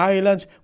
Islands